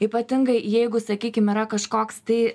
ypatingai jeigu sakykim yra kažkoks tai